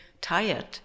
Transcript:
tired